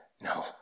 no